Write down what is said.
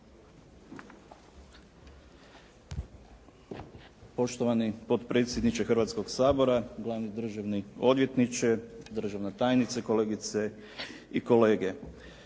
Poštovani potpredsjedniče Hrvatskog sabora, glavni državni odvjetniče, državna tajnice, kolegice i kolege.